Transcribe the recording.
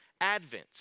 Advent